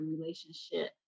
relationship